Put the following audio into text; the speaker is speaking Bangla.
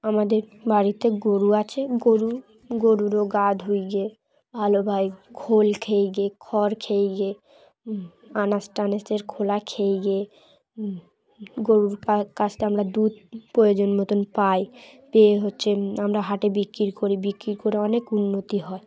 আমাদের বাড়িতে গরু আছে গরু গরুরও গা ধুয়ে গিয়ে ভালোবাই ঘোল খেয়ে গিয়ে খড় খেয়ে গিয়ে আনাজ টানাজের খোলা খেয়ে গিয়ে গরুর কাছ থেকে আমরা দুধ প্রয়োজন মতন পাই পেয়ে হচ্ছে আমরা হাটে বিক্রি করি বিক্রি করে অনেক উন্নতি হয়